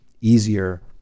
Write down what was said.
easier